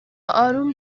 آروم